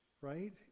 right